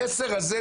המסר הזה,